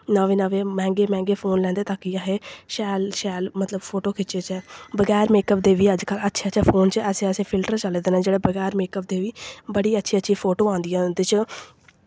नमें नमें मैंह्गे मैंह्गे फोन लैंदे ताकि असें शैल शैल मतलब फोटो खिचचै बगैर मेकअप दे बी अज्ज कल अच्छे अच्छे फोन च ऐसे ऐसे फिल्टर चले दे न जेह्ड़े बगैर मेकअप दे बी बड़ी अच्छी अच्छी फोटो आंदियां ओह्दे च